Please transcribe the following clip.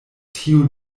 tiu